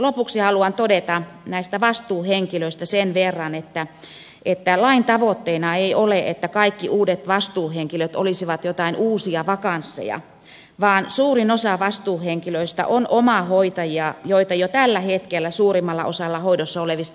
lopuksi haluan todeta näistä vastuuhenkilöistä sen verran että lain tavoitteena ei ole että kaikki uudet vastuuhenkilöt olisivat joitain uusia vakansseja vaan suurin osa vastuuhenkilöistä on omahoitajia joita jo tällä hetkellä suurimmalla osalla hoidossa olevista ikäihmisistä on